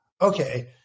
okay